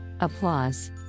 Applause